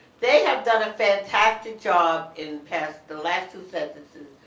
they have done a fantastic job in past, the last two censuses,